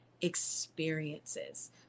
experiences